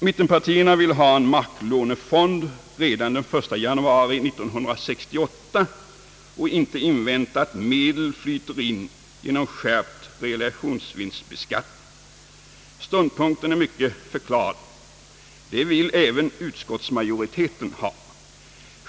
Mittenpartierna vill ha en marklånefond redan den 1 januari 1968 och inte invänta att medel flyter in genom skärpt realisationsvinstbeskattning. Ståndpunkten är mycket förklarlig. Det vill även utskottsmajoriteten ha!